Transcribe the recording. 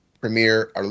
Premier